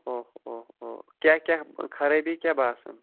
اوٚہ اوٚہ اوٚہ کیٛاہ کیٛاہ خرٲبی کیٛاہ باسان